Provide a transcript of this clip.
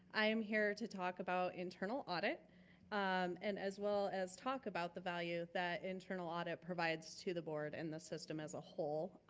i am here to talk about internal audit um and as well as talk about the value that internal audit provides to the board and the system as a whole.